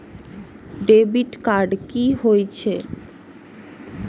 Debit card की होय छेय?